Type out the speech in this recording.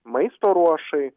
maisto ruošai